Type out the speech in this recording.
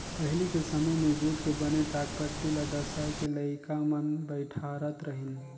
पहिली के समें मे जूट के बने टाटपटटी ल डसाए के लइका मन बइठारत रहिन